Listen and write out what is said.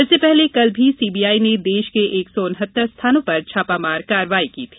इससे पहले कल भी सीबीआई ने देश के एक सौ उन्हत्तर स्थानों पर छापामार कार्रवाई की थी